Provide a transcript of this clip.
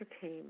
came